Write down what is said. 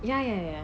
ya ya ya